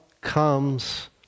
comes